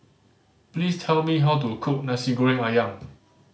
please tell me how to cook Nasi Goreng Ayam